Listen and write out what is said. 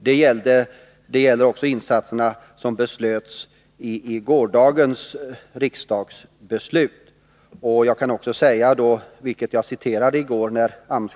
Det gäller också de insatser som omfattas av gårdagens riksdagsbeslut. Jag kan upprepa vad jag sade i går, då jag citerade AMS-chefen.